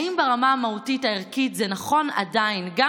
האם ברמה המהותית הערכית זה עדיין נכון,